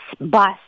bus